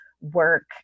work